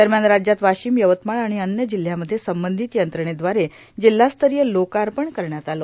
दरम्यान राज्यात वाशीम यवतमाळ र्आण अन्य जिल्ह्यामध्ये संबंधत यंत्रणेदवारे जिल्हास्तरीय लोकापण करण्यात आलं